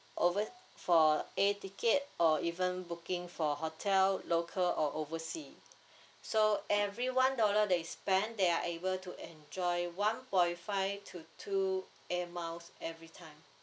over for air ticket or even booking for hotel local or oversea so every one dollar they spend they are able to enjoy one point five to two air miles every time